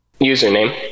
username